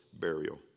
burial